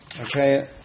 Okay